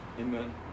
Amen